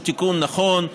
שהוא תיקון נכון,